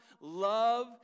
love